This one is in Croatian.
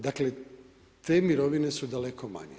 Dakle te mirovine su daleko manje.